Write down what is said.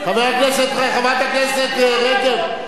חברת הכנסת רגב,